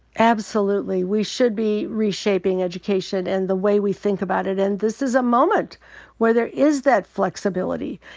absolutely. we should be reshaping education and the way we think about it. and this is a moment where there is that flexibility.